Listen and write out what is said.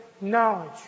knowledge